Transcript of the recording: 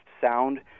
sound